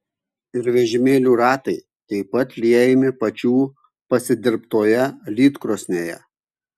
ir vežimėlių ratai taip pat liejami pačių pasidirbtoje lydkrosnėje